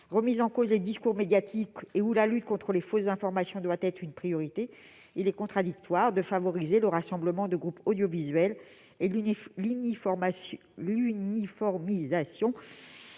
plus en plus remis en cause et où la lutte contre les fausses informations doit être une priorité, il est contradictoire de favoriser le rassemblement de groupes audiovisuels et l'uniformisation